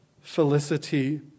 felicity